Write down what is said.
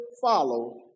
follow